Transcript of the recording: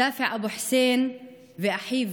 שאפע אבו חוסיין ואחיו